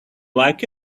like